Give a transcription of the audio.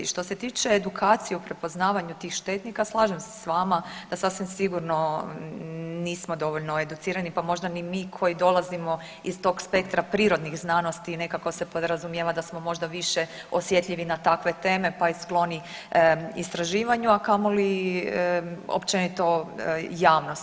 Što se tiče edukacije u prepoznavanju tih štetnika, slažem se s vama da sasvim sigurno nismo dovoljno educirani, pa možda ni mi koji dolazimo iz tog spektra prirodnih znanosti i nekako se podrazumijeva da smo možda više osjetljivi na takve teme pa i skloni istraživanju, a kamoli općenito javnost.